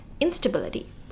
instability